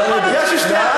מה זה "עודדתי"?